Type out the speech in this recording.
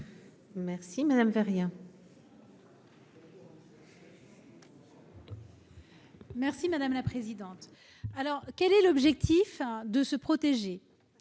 merci madame veut rien. Merci madame la présidente, alors quel est l'objectif de se protéger,